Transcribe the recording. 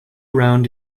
round